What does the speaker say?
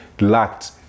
lacked